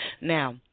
Now